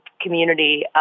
community